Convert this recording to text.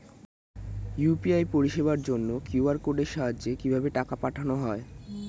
UPI পরিষেবার জন্য QR কোডের সাহায্যে কিভাবে টাকা পাঠানো হয়?